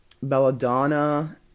Belladonna